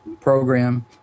program